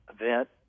event